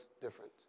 different